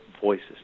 voices